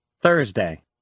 Thursday